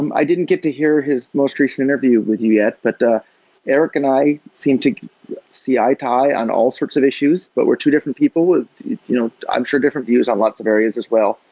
i didn't get to hear his most recent interview with you yet, but erik and i seem to see eye-to-eye on all sorts of issues, but were two different people with you know i'm sure different views on lots of areas as well,